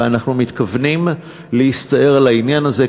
ואנחנו מתכוונים להסתער על העניין הזה.